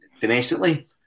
domestically